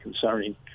concerning